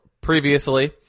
previously